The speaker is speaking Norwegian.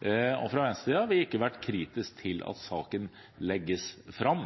fram. Fra Venstres side har vi ikke vært kritiske til at saken legges fram,